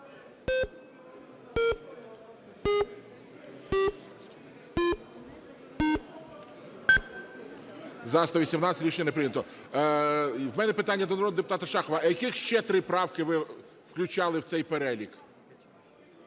За-118 Рішення не прийнято. В мене питання до народного депутата Шахова. А яких ще три правки ви включали в цей перелік?